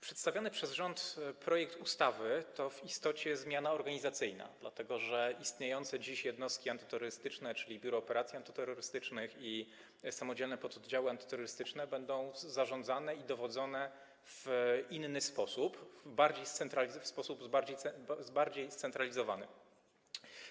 Przedstawiony przez rząd projekt ustawy to w istocie zmiana organizacyjna, dlatego że istniejące dziś jednostki antyterrorystyczne, czyli Biuro Operacji Antyterrorystycznych i samodzielne pododdziały antyterrorystyczne, będą zarządzane i dowodzone w inny sposób, w sposób bardziej scentralizowany.